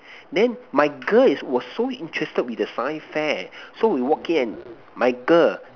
then my girl is was so interested with the science fair so we walk in and my girl